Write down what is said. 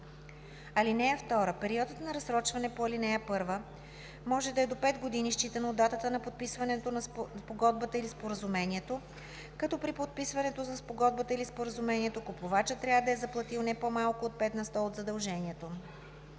лихви. (2) Периодът на разсрочване по ал. 1 може да е до 5 години, считано от датата на подписването на спогодбата или споразумението, като при подписването на спогодбата или споразумението купувачът трябва да е заплатил не по-малко от 5 на сто от задължението.